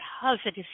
positive